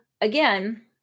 again